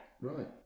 Right